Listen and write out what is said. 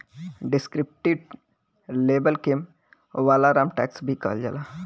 descriptive label के वालाराम tax भी कहल जाला